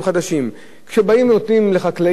כשבאים ונותנים לחקלאים כאלה דברים צריך לעשות